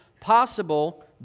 possible